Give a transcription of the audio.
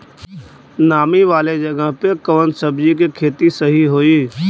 नामी वाले जगह पे कवन सब्जी के खेती सही होई?